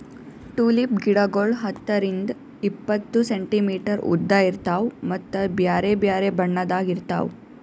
tulip ಗಿಡಗೊಳ್ ಹತ್ತರಿಂದ್ ಎಪ್ಪತ್ತು ಸೆಂಟಿಮೀಟರ್ ಉದ್ದ ಇರ್ತಾವ್ ಮತ್ತ ಬ್ಯಾರೆ ಬ್ಯಾರೆ ಬಣ್ಣದಾಗ್ ಇರ್ತಾವ್